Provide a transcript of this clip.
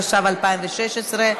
התשע"ו 2016,